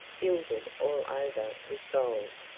gilded all over with gold.